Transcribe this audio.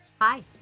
hi